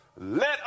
let